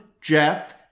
Jeff